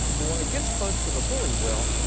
but when it gets close to the holy well,